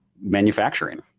manufacturing